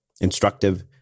instructive